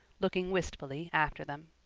looking wistfully after them.